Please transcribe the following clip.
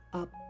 up